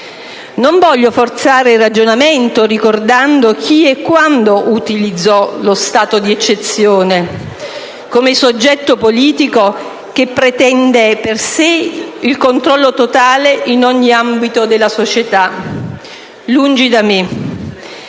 Non voglio forzare il ragionamento ricordando chi e quando utilizzò lo stato di eccezione come soggetto politico che pretende per sé il controllo totale in ogni ambito della società: lungi da me.